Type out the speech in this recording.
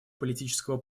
политического